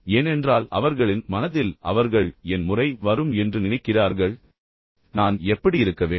ஏனென்றால் அவர்களின் மனதில் அவர்கள் என் முறை வரும் என்று நினைக்கிறார்கள் அடுத்த முறை என் முறை வரும் எனவே அடுத்து நான் என்ன சொல்ல வேண்டும்